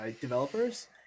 developers